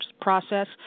process